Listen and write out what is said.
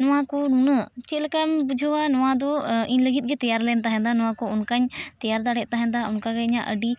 ᱱᱚᱣᱟ ᱠᱚ ᱱᱩᱱᱟᱹᱜ ᱪᱮᱫ ᱞᱮᱠᱟᱢ ᱵᱩᱡᱷᱟᱹᱣᱟ ᱱᱚᱣᱟ ᱫᱚ ᱤᱧ ᱞᱟᱹᱜᱤᱫ ᱜᱮ ᱛᱮᱭᱟᱨ ᱞᱮᱱ ᱛᱟᱦᱮᱱᱟ ᱱᱚᱣᱟ ᱠᱚ ᱚᱱᱠᱟᱧ ᱛᱮᱭᱟᱨ ᱫᱟᱲᱮᱜ ᱛᱟᱦᱮᱜᱼᱟ ᱚᱱᱠᱟᱜᱮ ᱤᱧᱟᱹᱜ ᱟᱹᱰᱤ